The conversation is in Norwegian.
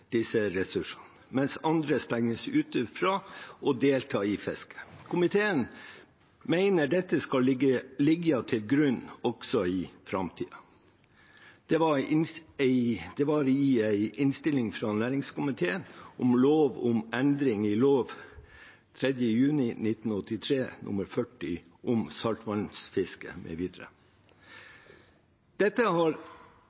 disse ressursene, mens andre stenges ute fra å delta i fisket.» Dette var sitat fra en innstilling fra næringskomiteen om lov om endring av lov av 3. juni 1983 nr. 40 om saltvannsfiske